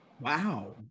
Wow